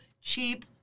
cheap